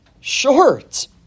short